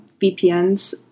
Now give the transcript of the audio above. VPNs